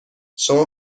شما